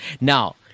Now